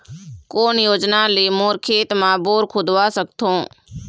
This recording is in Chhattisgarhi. कोन योजना ले मोर खेत मा बोर खुदवा सकथों?